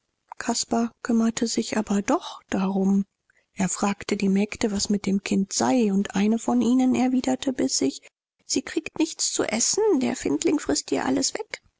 caspar kümmerte sich aber doch darum er fragte die mägde was mit dem kind sei und eine von ihnen erwiderte bissig sie kriegt nichts zu essen der findling frißt ihr alles weg